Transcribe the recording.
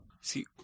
See